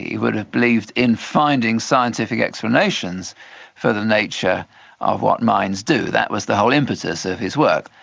he would have believed in finding scientific explanations for the nature of what minds do, that was the whole impetus of his work.